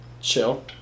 chill